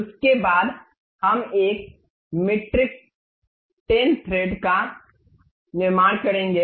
उसके बाद हम एक मीट्रिक 10 थ्रेड का निर्माण करेंगे